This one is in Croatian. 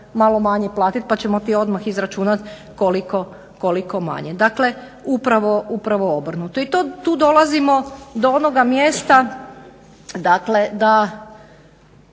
malo manje platit pa ćemo ti onda izračunat koliko manje. Dakle upravo obrnuto i to tu dolazimo do onoga mjesta dakle da